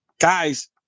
guys